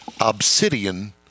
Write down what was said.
Obsidian